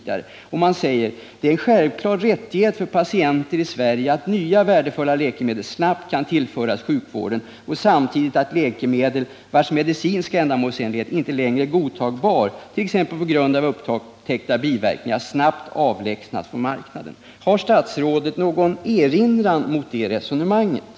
Det är en självklar rättighet för patienter i Sverige att nya värdefulla läkemedel snabbt kan tillföras sjukvården och samtidigt att läkemedel vars medicinska ändamålsenlighet inte längre är godtagbar, t.ex. på grund av upptäckta biverkningar, snabbt avlägsnas från marknaden.” Har statsrådet någon erinran mot det resonemanget?